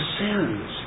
sins